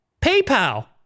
PayPal